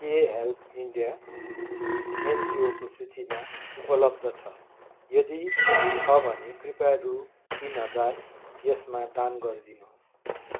के Help India एनजिओको सूचीमा उपलब्ध छ यदि छ भने कृपया रु तिन हजार यसमा दान गर्नुहोस्